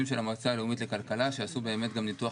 נתונים של המועצה הלאומית לכלכלה שעשו ניתוח